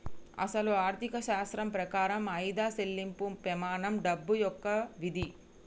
అసలు ఆర్థిక శాస్త్రం ప్రకారం ఆయిదా సెళ్ళింపు పెమానం డబ్బు యొక్క విధి